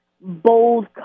bold